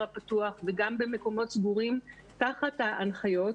הפתוח וגם במקומות סגורים תחת ההנחיות.